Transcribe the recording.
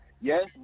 yes